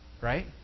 Right